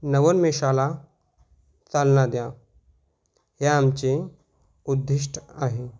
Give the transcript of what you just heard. नवोन्मेषाला चालना द्या हे आमचे उद्दिष्ट आहे